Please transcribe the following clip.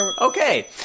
Okay